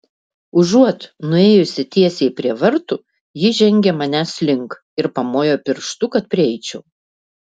užuot nuėjusi tiesiai prie vartų ji žengė manęs link ir pamojo pirštu kad prieičiau